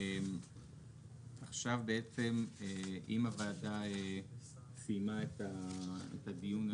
אם הוועדה סיימה את הדיון,